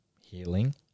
healing